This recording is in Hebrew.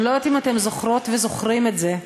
אני לא יודעת אם אתם זוכרות וזוכרים את זה,